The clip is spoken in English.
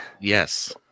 yes